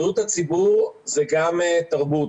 בריאות הציבור זה גם תרבות.